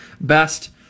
best